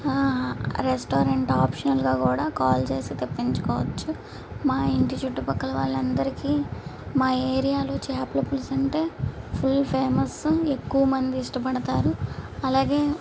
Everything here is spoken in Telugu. హా రెస్టారెంట్ ఆప్షనల్గా కూడా కాల్ చేసి తెప్పించుకోవచ్చు మా ఇంటి చుట్టూ పక్కల వాళ్ళందరికి మా ఏరియాలో చేపల పులుసు అంటే ఫుల్ ఫేమస్ ఎక్కువ మంది ఇష్టపడతారు అలాగే